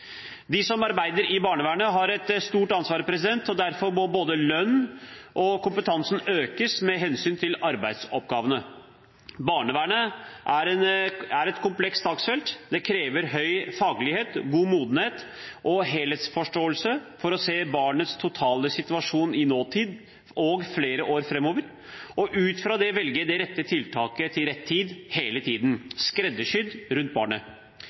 De som arbeider i barnevernet, har et stort ansvar, og derfor må både lønn og kompetanse økes med hensyn til arbeidsoppgavene. Barnevernet er et komplekst saksfelt. Det krever høy faglighet, god modenhet og helhetsforståelse for å se barnets totale situasjon i nåtid og flere år framover og ut fra det velge det rette tiltaket til rett tid hele tiden, skreddersydd rundt barnet.